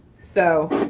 so